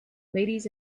ladies